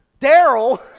daryl